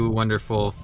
wonderful